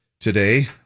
today